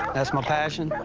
that's my passion,